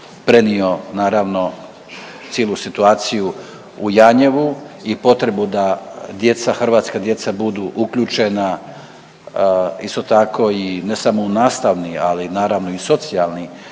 prenio naravno cijelu situaciju u Janjevu i potrebu da djeca, hrvatska djeca budu uključena. Isto tako i ne samo u nastavni, ali naravno i socijalni